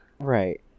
Right